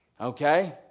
Okay